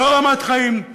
לא רמת חיים,